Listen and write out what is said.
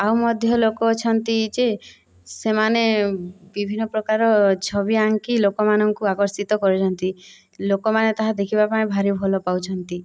ଆଉ ମଧ୍ୟ ଲୋକ ଅଛନ୍ତି ଯେ ସେମାନେ ବିଭିନ୍ନ ପ୍ରକାର ଛବି ଆଙ୍କି ଲୋକମାନଙ୍କୁ ଆକର୍ଷିତ କରୁଛନ୍ତି ଲୋକମାନେ ତାହା ଦେଖିବା ପାଇଁ ଭାରି ଭଲ ପାଉଛନ୍ତି